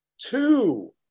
two